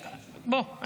בוא,